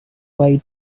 way